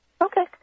Okay